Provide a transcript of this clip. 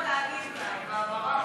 בעד,